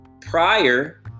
prior